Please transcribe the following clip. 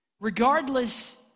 Regardless